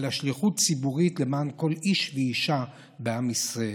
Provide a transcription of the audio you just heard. אלא שליחות ציבורית למען כל איש ואישה בעם ישראל.